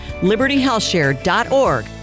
libertyhealthshare.org